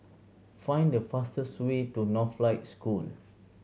find the fastest way to Northlight School